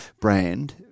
brand